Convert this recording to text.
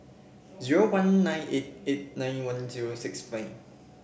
zero one nine eight eight nine one zero six five